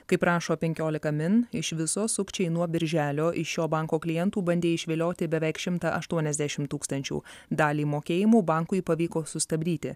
kaip rašo penkiolika min iš viso sukčiai nuo birželio iš šio banko klientų bandė išvilioti beveik šimtą aštuoniasdešim tūkstančių dalį mokėjimų bankui pavyko sustabdyti